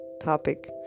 topic